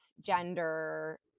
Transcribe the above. gender